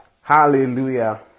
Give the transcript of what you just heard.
Hallelujah